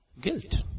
Guilt